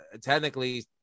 technically